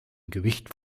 gewicht